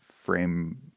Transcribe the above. frame